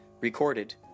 recorded